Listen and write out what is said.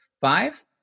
five